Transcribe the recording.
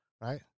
right